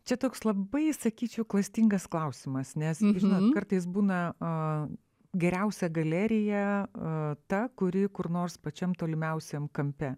čia toks labai sakyčiau klastingas klausimas nes žinot kartais būna a geriausia galerija o ta kuri kur nors pačiam tolimiausiam kampe